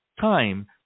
time